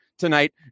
Tonight